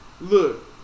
look